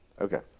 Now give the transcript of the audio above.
Okay